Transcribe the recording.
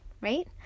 right